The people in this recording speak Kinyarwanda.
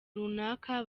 runaka